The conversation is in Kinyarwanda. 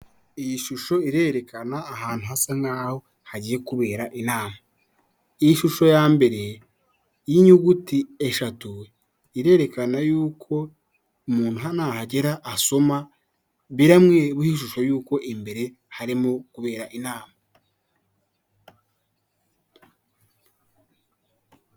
Iyi shusho irerekana ahantu hasa nkaho hagiye kubera inama. Iyi shusho ya mbere y'inyuguti eshatu irerekana ko umuntu nahagera asoma biramuha ishusho y'uko imbere harimo kubera inama.